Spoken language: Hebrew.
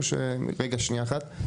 רגע, שנייה אחת.